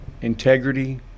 integrity